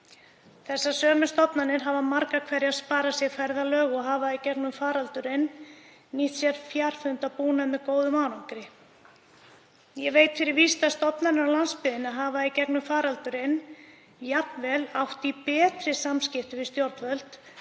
Þessar sömu stofnanir hafa margar hverjar sparað sér ferðalög og hafa í gegnum faraldurinn nýtt sér fjarfundabúnað með góðum árangri. Ég veit fyrir víst að stofnanir á landsbyggðinni hafa í gegnum faraldurinn jafnvel átt í betri samskiptum við stjórnvöld